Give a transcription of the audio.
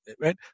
right